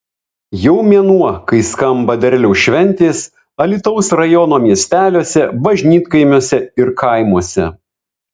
jau mėnuo kai skamba derliaus šventės alytaus rajono miesteliuose bažnytkaimiuose ir kaimuose